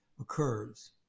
occurs